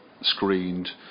screened